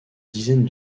dizaine